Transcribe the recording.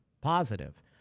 positive